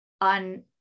on